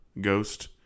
ghost